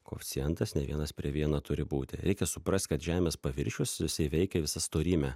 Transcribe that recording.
koeficientas ne vienas prie vieno turi būti reikia suprast kad žemės paviršius jisai veikia visa storyme